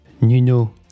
Nuno